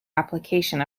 application